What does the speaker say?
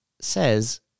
says